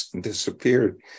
disappeared